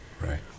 Right